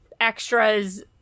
extras